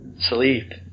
Sleep